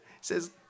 says